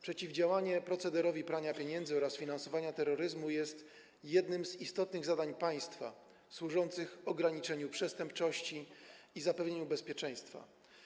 Przeciwdziałanie procederowi prania pieniędzy oraz finansowania terroryzmu jest jednym z istotnych zadań państwa służących ograniczeniu przestępczości i zapewnieniu bezpieczeństwa.